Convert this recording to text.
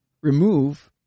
remove